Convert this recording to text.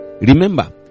Remember